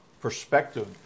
perspective